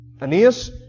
Aeneas